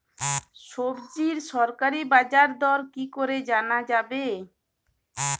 সবজির সরকারি বাজার দর কি করে জানা যাবে?